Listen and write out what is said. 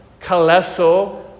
kaleso